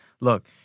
Look